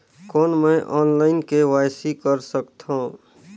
कौन मैं online KYC कर सकथव?